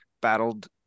battled